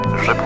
je